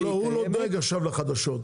הוא לא דואג עכשיו לחדשות,